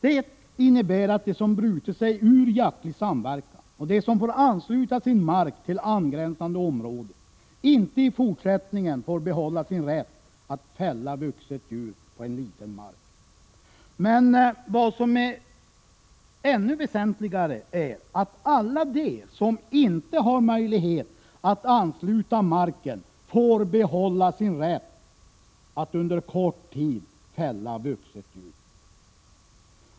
Det innebär att de som brutit sig ur jaktlig samverkan och de som får ansluta sin mark till angränsande område inte i fortsättningen får behålla sin rätt att fälla vuxet djur på en liten mark. Men ännu väsentligare är att alla de som inte har möjlighet att ansluta marken får behålla sin rätt att under kort tid fälla vuxet djur.